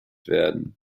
werden